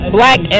black